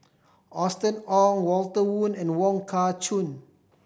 Austen Ong Walter Woon and Wong Kah Chun